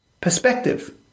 perspective